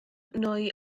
nwy